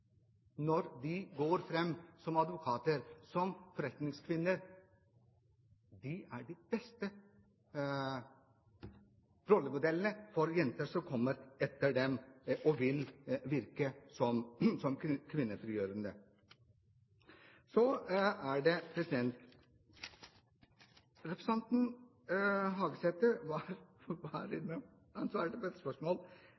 Når de står fram som advokater og som forretningskvinner, er de de beste rollemodellene for jenter som kommer etter dem. Det vil virke